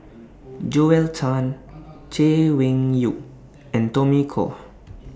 Joel Tan Chay Weng Yew and Tommy Koh